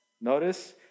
Notice